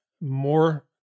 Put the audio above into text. more